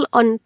on